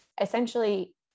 essentially